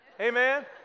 Amen